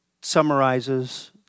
summarizes